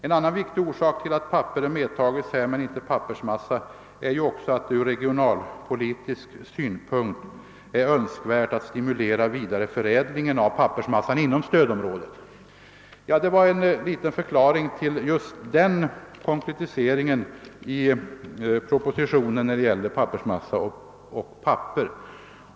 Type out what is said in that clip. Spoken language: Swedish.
En an nan viktig orsak till att papper är medtaget men inte pappersmassa är att det ur regionpolitisk synpunkt är önskvärt att stimulera vidareförädlingen av pappersmassan inom stödområdet. Detta är en förklaring till den konkretisering som gjorts i propositionen när det gäller pappersmassa och papper.